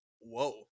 whoa